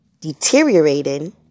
deteriorating